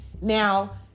Now